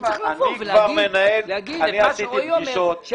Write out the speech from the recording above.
הוא צריך לבוא ולומר את מה שרועי אומר.